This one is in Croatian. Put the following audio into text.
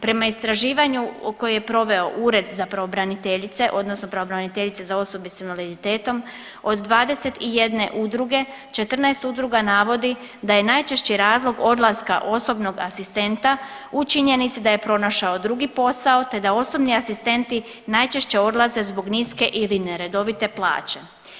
Prema istraživanju koje je proveo Ured za pravobraniteljice odnosno pravobraniteljice za osobe s invaliditetom od 21 udruge 14 udruga navodi da je najčešći razlog odlaska osobnog asistenta u činjenici da je pronašao drugi posao te da osobni asistenti najčešće odlaze zbog niske ili neredovite plaće.